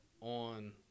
on